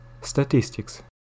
Statistics